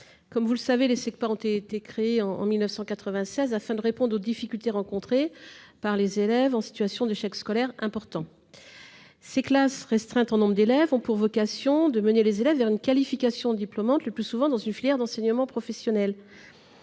Comme vous le savez, les Segpa ont été créées en 1996, afin de répondre aux difficultés rencontrées par les élèves en situation d'échec scolaire important. Ces classes, restreintes en nombre d'élèves, ont pour vocation de mener les élèves vers une qualification diplômante, le plus souvent dans une filière d'enseignement professionnel.